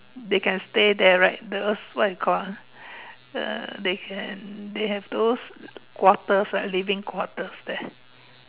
they can stay there right those what you call ah uh they can they have those quarters ah living quarters there